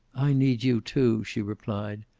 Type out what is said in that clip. i need you, too, she replied.